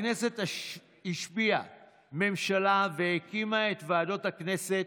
הכנסת השביעה ממשלה והקימה את ועדות הכנסת,